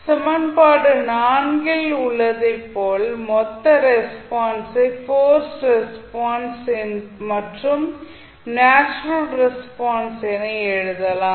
சமன்பாடு ல் உள்ளதைப் போல மொத்த ரெஸ்பான்ஸை போர்ஸ்டு ரெஸ்பான்ஸ் மற்றும் நேச்சுரல் ரெஸ்பான்ஸ் என எழுதலாம்